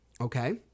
Okay